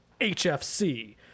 HFC